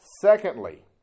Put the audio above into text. Secondly